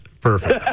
Perfect